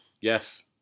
yes